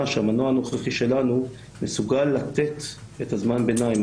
שהמנוע הנוכחי שלנו מסוגל לתת את זמן הביניים.